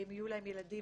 אם יהיו להן ילדים,